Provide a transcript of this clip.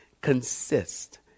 consist